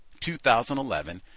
2011